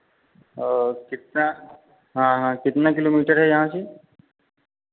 और कितना हाँ हाँ कितना किलोमीटर है यहाँ से